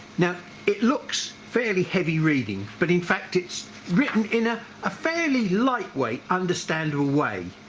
now it looks fairly heavy reading but in fact it's written in a ah fairly lightweight understandable way.